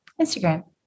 Instagram